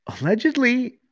Allegedly